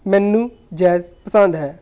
ਮੈਨੂੰ ਜੈਜ਼ ਪਸੰਦ ਹੈ